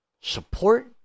support